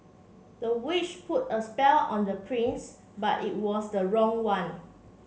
the witch put a spell on the prince but it was the wrong one